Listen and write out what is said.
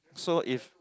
so if